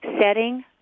setting